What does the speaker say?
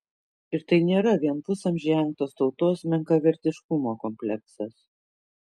ir tai nėra vien pusamžį engtos tautos menkavertiškumo kompleksas